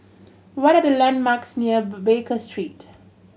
what are the landmarks near Baker Street